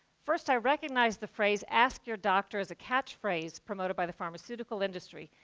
first, i recognized the phrase ask your doctor as a catch phrase promoted by the pharmaceutical industry.